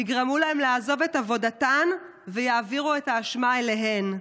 יגרמו להן לעזוב את עבודתן ויעבירו את האשמה אליהן.